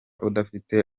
udafite